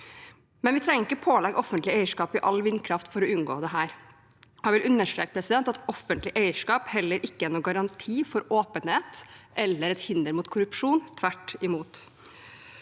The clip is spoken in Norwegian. Vi trenger ikke pålegge offentlig eierskap i all vindkraft for å unngå dette. Jeg vil understreke at offentlig eierskap heller ikke er noen garanti for åpenhet eller til hinder for korrupsjon – tvert imot.